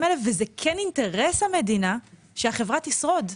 האלה וזה כן אינטרס המדינה שהחברה תשרוד.